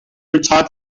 retired